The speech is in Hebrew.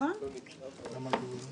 בוועדה לענייני ביקורת המדינה.